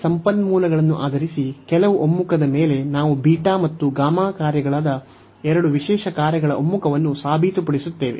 ಈ ಸಂಪನ್ಮೂಲಗಳನ್ನು ಆಧರಿಸಿ ಕೆಲವು ಒಮ್ಮುಖದ ಮೇಲೆ ನಾವು ಬೀಟಾ ಮತ್ತು ಗಾಮಾ ಕಾರ್ಯಗಳಾದ ಎರಡು ವಿಶೇಷ ಕಾರ್ಯಗಳ ಒಮ್ಮುಖವನ್ನು ಸಾಬೀತುಪಡಿಸುತ್ತೇವೆ